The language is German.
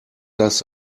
das